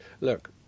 look